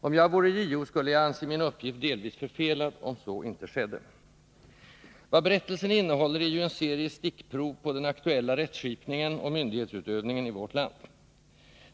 Om jag vore JO, skulle jag anse min uppgift delvis förfelad om så inte skedde. Vad berättelsen innehåller är ju en serie stickprov på den aktuella rättskipningen och myndighetsutövningen i vårt land.